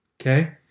okay